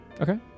Okay